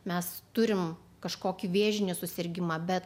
mes turim kažkokį vėžinį susirgimą bet